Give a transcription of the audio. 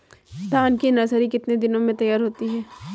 धान की नर्सरी कितने दिनों में तैयार होती है?